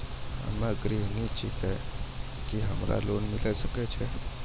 हम्मे गृहिणी छिकौं, की हमरा लोन मिले सकय छै?